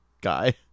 guy